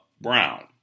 Brown